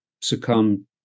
succumb